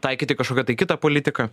taikyti kažkokią tai kitą politiką